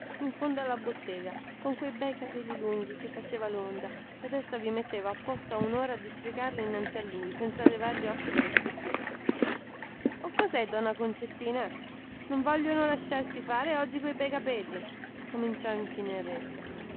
in fondo alla bottega con quei bei capelli lunghi che facevano londa ed essa vi metteva apposta unora a distrigarli innanzi a lui senza levar gli occhi dallo specchietto o cosè donna concettina non vogliono lasciarsi fare oggi quei bei capelli cominciò infine il resca